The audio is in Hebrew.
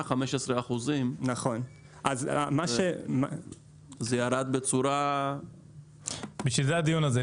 15%. זה ירד בצורה --- בשביל זה הדיון הזה,